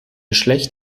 schlecht